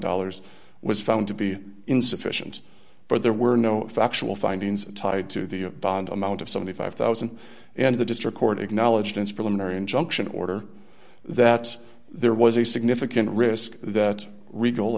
dollars was found to be insufficient but there were no factual findings tied to the bond amount of seventy five thousand and the district court acknowledged its for them or injunction order that there was a significant risk that regal